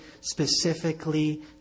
specifically